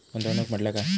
गुंतवणूक म्हटल्या काय?